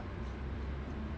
快点